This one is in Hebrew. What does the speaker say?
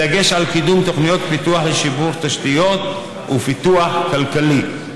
בדגש על קידום תוכניות פיתוח לשיפור תשתיות ופיתוח כלכלי.